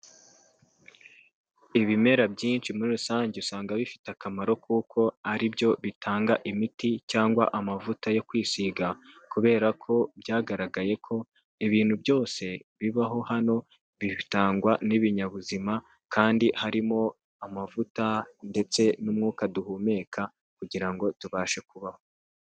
Ibimera byinshi muri rusange usanga bifite akamaro kuko ari byo bitanga imiti cyangwa amavuta yo kwisiga kubera ko byagaragaye ko ibintu byose bibaho hano bitangwa n'ibinyabizima kandi harimo amavuta ndetse n'umwuka duhumeka kugira ngo ngo tubashe kubaho.